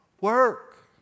work